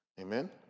Amen